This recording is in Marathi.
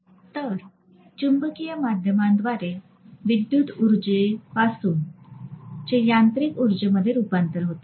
तर चुंबकीय माध्यमांद्वारे विद्युत उर्जेपासून चे यांत्रिक उर्जेमध्ये रूपांतर होते